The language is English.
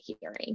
hearing